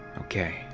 okay,